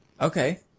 Okay